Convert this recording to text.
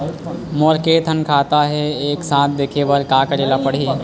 मोर के थन खाता हे एक साथ देखे बार का करेला पढ़ही?